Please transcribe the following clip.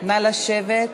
נא לשבת.